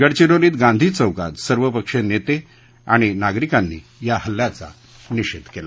गडचिरोलीत गांधी चौकात सर्वपक्षीय नेते आणि नागरिकांनी या हल्ल्याचा निषेध केला